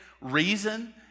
reason